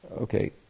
okay